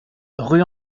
rue